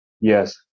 Yes